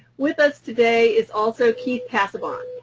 with us today is also keith casebonne.